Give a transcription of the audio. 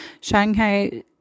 Shanghai